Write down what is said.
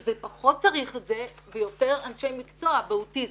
שזה פחות צריך ויותר אנשי מקצוע באוטיזם.